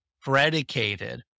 predicated